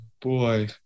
boy